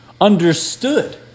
understood